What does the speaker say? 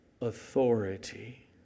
authority